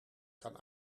kan